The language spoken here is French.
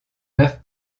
neuf